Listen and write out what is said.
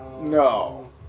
No